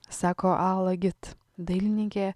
sako ala git dailininkė